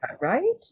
right